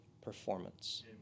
performance